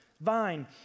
vine